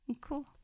Cool